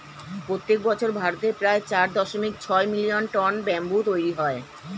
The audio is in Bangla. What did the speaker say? প্রত্যেক বছর ভারতে প্রায় চার দশমিক ছয় মিলিয়ন টন ব্যাম্বু তৈরী হয়